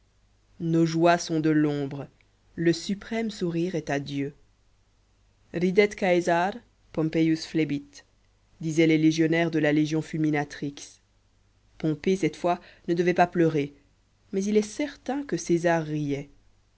nos joies sont de l'ombre le suprême sourire est à dieu ridet caesar pompeius flebit disaient les légionnaires de la légion fulminatrix pompée cette fois ne devait pas pleurer mais il est certain que césar